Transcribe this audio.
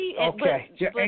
Okay